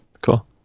Cool